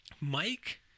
Mike